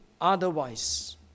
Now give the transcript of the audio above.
otherwise